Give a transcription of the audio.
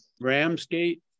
Ramsgate